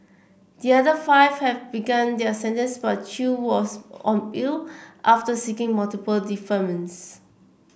the other five have begun their sentences but Chew was on bail after seeking multiple deferments